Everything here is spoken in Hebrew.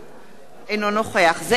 אינו נוכח זאב אלקין,